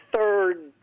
third